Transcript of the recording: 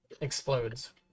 explodes